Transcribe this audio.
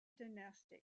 dynastic